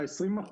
ה-20%